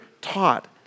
taught